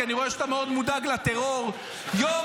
כי אני רואה שאתה מאוד מודאג מהטרור: יום